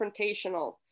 confrontational